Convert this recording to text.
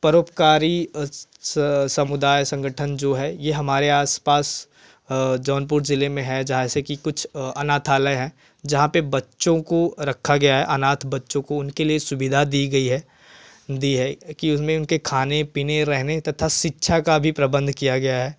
परोपकारी समुदाय संगठन जो है यह हमारे आस पास जौनपुर ज़िले में हैं जहाँ ऐसे कि कुछ आनाथालय है जहाँ पर बच्चों को रखा गया है आनाथ बच्चों को उनके लिए सुविधा दी गई है दी है कि उसमें उनके खाने पीने रहने तथा शिक्षा का भी प्रबंध किया गया है